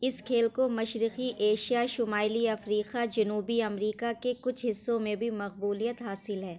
اس کھیل کو مشرقی ایشیا شمائلی افریقہ جنوبی امریکہ کے کچھ حصوں میں بھی مقبولیت حاصل ہے